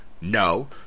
No